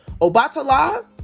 obatala